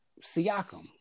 Siakam